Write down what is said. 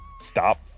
Stop